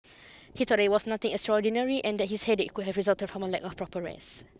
he thought that it was nothing extraordinary and that his headache could have resulted from a lack of proper rest